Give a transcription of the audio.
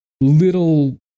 little